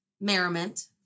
Merriment